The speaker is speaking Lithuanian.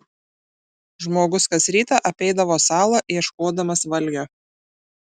žmogus kas rytą apeidavo salą ieškodamas valgio